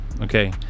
okay